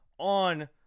on